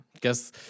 guess